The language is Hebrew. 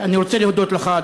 אני רוצה להודות לך,